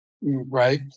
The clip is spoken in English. Right